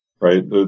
Right